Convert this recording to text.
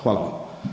Hvala vam.